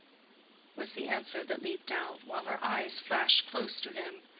was the answer that leaped out, while her eyes flashed close to him.